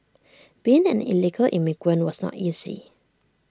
being an illegal immigrant was not easy